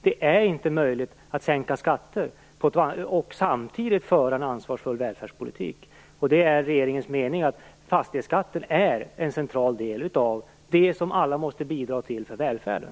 Det är inte möjligt att sänka skatter och samtidigt föra en ansvarsfull välfärdspolitik, och det är regeringens mening att fastighetsskatten är en central del av det som alla måste bidra till för välfärden.